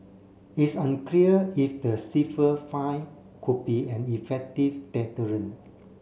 it's unclear if the stiffer fine could be an effective deterrent